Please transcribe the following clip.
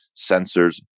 sensors